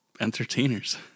Entertainers